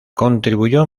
contribuyó